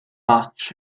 ots